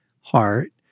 heart